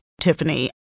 Tiffany